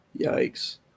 Yikes